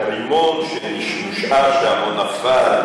רימון שהושאר שם או נפל.